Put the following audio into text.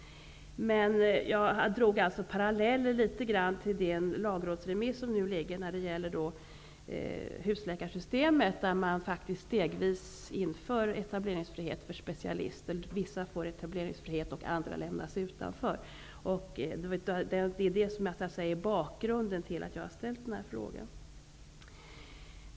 Jag drar alltså några paralleller till den lagrådsremiss som har lagts angående husläkarsystemet, där man faktiskt stegvis inför etableringsfrihet för specialister, dvs. vissa får etableringsfrihet medan andra lämnas utanför. Detta är bakgrunden till att jag har ställt denna fråga.